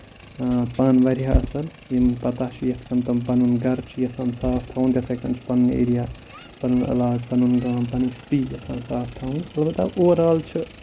پانہٕ واریاہ اَصٕل یِمَن پَتہ چھِ یِتھۍ کَن چھِ تِم پَنُن گرٕ چھِ یَژھان صاف تھاوُن تِتھٕے کَن چھِ پَنُن ایریا پَنُن علاقہٕ پَنُن گام پَنٕنۍ سٹی یَژھان صاف تھاوُن اَلبتہ اوٚور اول چھُ